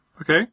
Okay